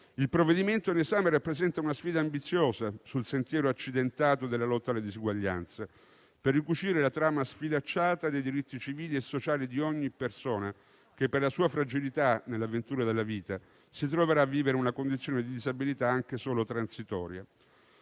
Il provvedimento in esame rappresenta una sfida ambiziosa, sul sentiero accidentato della lotta alle disuguaglianze, per ricucire la trama sfilacciata dei diritti civili e sociali di ogni persona che, per la sua fragilità nell'avventura della vita, si troverà a vivere una condizione di disabilità anche solo transitoria.